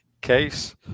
case